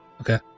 Okay